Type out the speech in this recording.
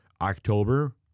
October